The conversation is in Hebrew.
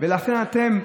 לכן אתם,